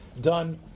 done